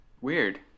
Weird